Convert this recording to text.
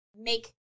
make